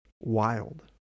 Wild